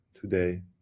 today